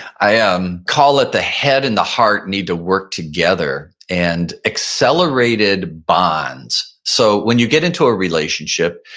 i um call it the head and the heart need to work together and accelerated bonds. so when you get into a relationship,